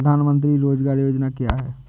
प्रधानमंत्री रोज़गार योजना क्या है?